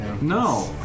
No